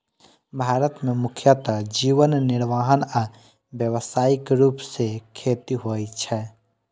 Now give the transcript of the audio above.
भारत मे मुख्यतः जीवन निर्वाह आ व्यावसायिक रूप सं खेती होइ छै